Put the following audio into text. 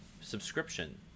subscription